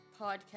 podcast